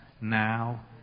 now